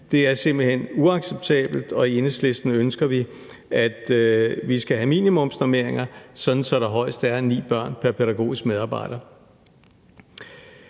Det er simpelt hen uacceptabelt, og i Enhedslisten ønsker vi, at vi skal have minimumsnormeringer, så der højst er 9 børn pr. pædagogisk medarbejder.